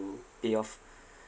pay off